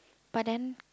but then